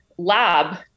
lab